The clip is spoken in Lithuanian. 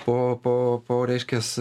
po po po reiškias